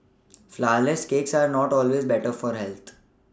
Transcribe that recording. flourless cakes are not always better for health